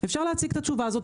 אפשר להציג את התשובה הזאת,